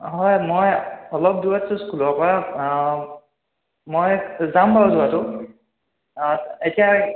হয় মই অলপ দূৰত আছোঁ স্কুলৰ পৰা মই যাম বাৰু যোৱাটো এতিয়া